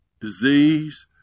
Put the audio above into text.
Disease